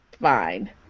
Fine